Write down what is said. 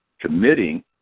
committing